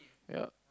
ya